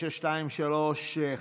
3923,